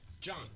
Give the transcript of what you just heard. John